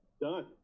Done